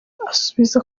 asubiza